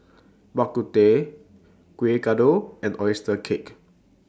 Bak Kut Teh Kueh Kodok and Oyster Cake